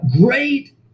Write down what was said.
Great